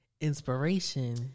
inspiration